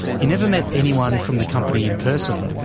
he never met anyone from the company in person,